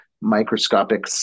microscopic